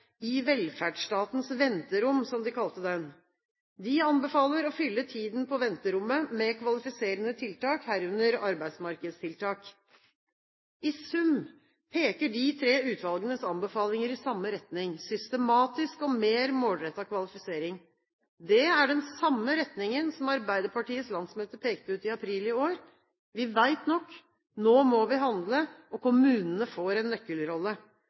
«I velferdsstatens venterom», som de kalte den. De anbefaler å fylle tiden på venterommet med kvalifiserende tiltak, herunder arbeidsmarkedstiltak. I sum peker de tre utvalgenes anbefalinger i samme retning: systematisk og mer målrettet kvalifisering. Det er den samme retningen som Arbeiderpartiets landsmøte pekte ut i april i år. Vi vet nok. Nå må vi handle, og kommunene får en nøkkelrolle.